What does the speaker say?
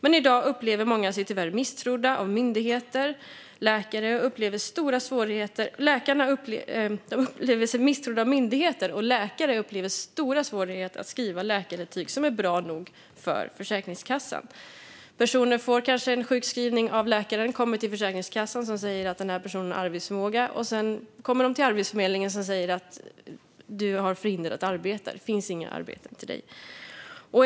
I dag upplever många sig tyvärr misstrodda av myndigheter, och läkare upplever stora svårigheter att skriva läkarintyg som är bra nog för Försäkringskassan. Personen får kanske en sjukskrivning av läkaren, kommer till Försäkringskassan som säger att personen har arbetsförmåga och kommer sedan till Arbetsförmedlingen som säger att personen är förhindrad att arbeta och att det inte finns något arbete till personen.